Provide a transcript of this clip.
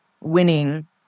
winning